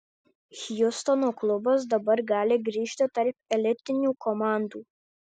hjustono klubas dabar gali grįžti tarp elitinių komandų